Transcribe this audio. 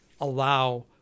allow